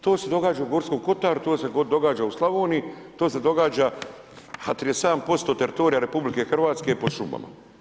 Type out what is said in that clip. To se događa u Gorskom kotaru, to se događa u Slavoniji, to se događa a 37% teritorija RH je pod šumama.